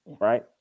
Right